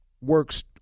works